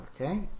Okay